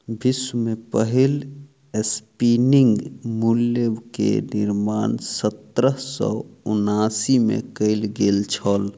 विश्व में पहिल स्पिनिंग म्यूल के निर्माण सत्रह सौ उनासी में कयल गेल छल